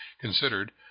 considered